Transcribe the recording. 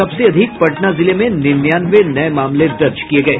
सबसे अधिक पटना जिले में निन्यानवे नये मामले दर्ज किये गये